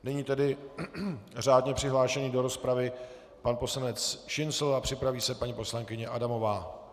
Nyní tedy řádně přihlášený do rozpravy pan poslanec Šincl, připraví se paní poslankyně paní Adamová.